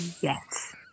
Yes